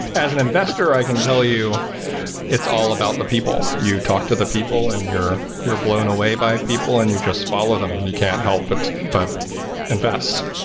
as an investor, i can tell you it's all about the people. you talk to the people and you're you're blown away by people and you just follow them and you can help but but invest.